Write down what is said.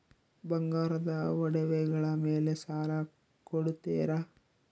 ಬಂಗಾರದ ಒಡವೆಗಳ ಮೇಲೆ ಸಾಲ ಕೊಡುತ್ತೇರಾ?